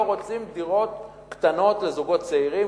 לא רוצים דירות קטנות לזוגות צעירים,